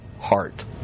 heart